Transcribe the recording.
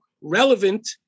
relevant